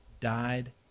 died